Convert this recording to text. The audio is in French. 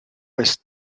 ouest